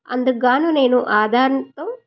అందుకుగాను నేను ఆధార్తో